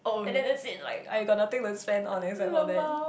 and then that's it like I got nothing to spend on except for that